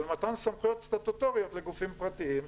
מתן סמכויות סטטוטוריות לגופים פרטיים,